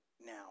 now